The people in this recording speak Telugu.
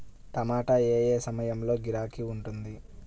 టమాటా ఏ ఏ సమయంలో గిరాకీ ఉంటుంది?